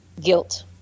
guilt